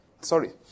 Sorry